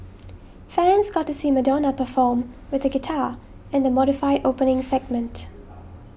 fans got to see Madonna perform with a guitar in the modified opening segment